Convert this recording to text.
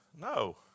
No